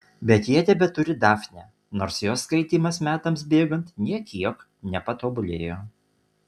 bet jie tebeturi dafnę nors jos skaitymas metams bėgant nė kiek nepatobulėjo